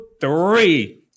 three